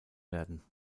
werden